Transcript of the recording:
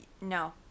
No